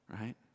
right